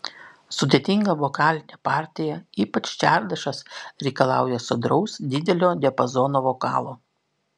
sudėtinga vokalinė partija ypač čardašas reikalauja sodraus didelio diapazono vokalo